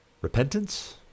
Repentance